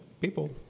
people